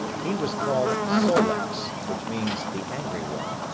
he was called sol-leks, which means the angry one.